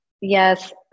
Yes